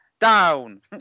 down